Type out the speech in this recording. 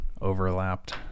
overlapped